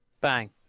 Bang